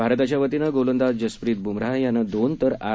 भारताच्या वतीनं गोलंदाज जसप्रित बुमराह यानं दोन तर आर